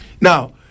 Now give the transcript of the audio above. Now